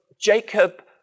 Jacob